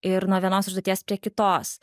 ir nuo vienos užduoties prie kitos